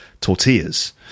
tortillas